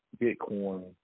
Bitcoin